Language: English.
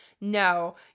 no